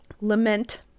lament